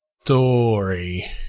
story